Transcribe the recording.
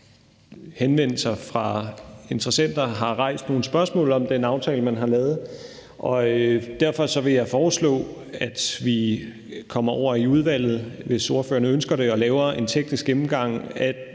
henvendelser fra interessenter har rejst nogle spørgsmål om den aftale, man har lavet. Derfor vil jeg foreslå, at vi kommer over i udvalget, hvis ordførerne ønsker det, og laver en teknisk gennemgang af